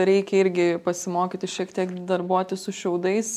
reikia irgi pasimokyti šiek tiek darbuotis su šiaudais